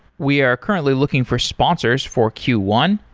we are currently looking for sponsors for q one.